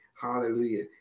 Hallelujah